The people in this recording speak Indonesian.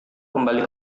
kembali